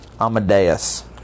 Amadeus